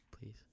please